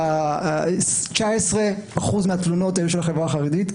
ב-2019 1% מהתלונות היה של החברה החרדית.